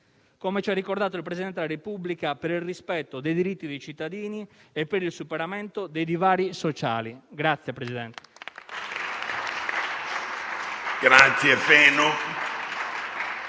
come ci ha ricordato il Presidente della Repubblica, per il rispetto dei diritti dei cittadini e per il superamento dei divari sociali.